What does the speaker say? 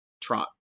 trot